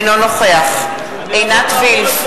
אינו נוכח עינת וילף,